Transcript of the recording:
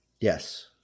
Yes